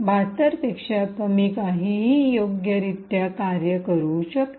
72 पेक्षा कमी काहीही योग्यरित्या कार्य करू शकते